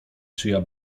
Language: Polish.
czyja